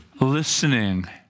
listening